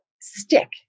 stick